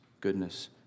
goodness